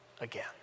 again